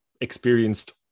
experienced